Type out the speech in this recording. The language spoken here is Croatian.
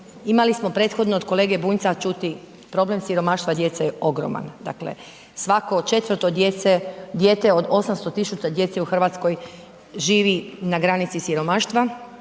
imali smo prethodno od kolege Bunjca čuti problem siromaštva djece je ogroman. Dakle svako četvrto dijete od 800 tisuća djece u Hrvatskoj živi na granici siromaštva